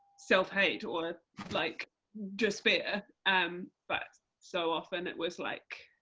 self hate, or like just fear. um but so often it was like,